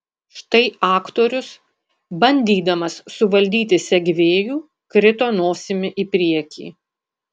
štai aktorius bandydamas suvaldyti segvėjų krito nosimi į priekį